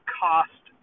cost